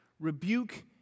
Rebuke